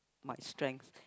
must strength